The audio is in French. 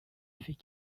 fait